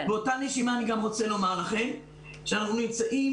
באותה נשימה אני גם רוצה לומר לכם שאנחנו נמצאים